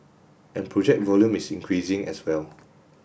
and project volume is increasing as well